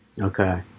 okay